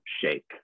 shake